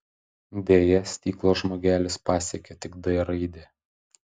deja stiklo žmogelis pasiekė tik d raidę